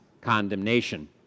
condemnation